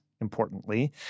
importantly